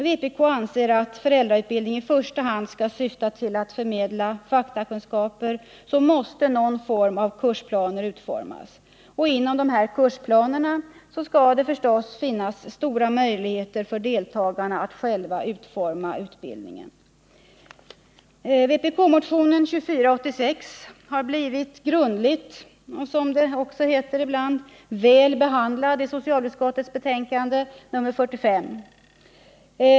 Vpk anser att föräldrautbildningen i första hand skall syfta till att förmedla faktakunskaper, och någon form av kursplaner måste då utformas. Inom dessa kursplaner skall det givetvis finnas stora möjligheter för deltagarna att själva utforma utbildningen. Vpk-motionen 2486 har blivit grundligt och, som det heter, väl behandlad i socialutskottets betänkande nr 45.